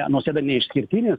nausėda neišskirtinis